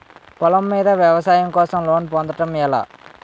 పొలం మీద వ్యవసాయం కోసం లోన్ పొందటం ఎలా?